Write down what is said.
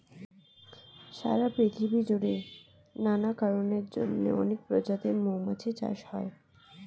সারা পৃথিবী জুড়ে নানা কারণের জন্যে অনেক প্রজাতির মৌমাছি চাষ হয়